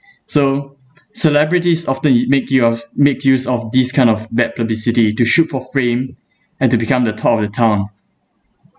so celebrities often i~ make i~ of make use of this kind of bad publicity to shoot for fame and to become the top of the town